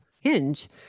hinge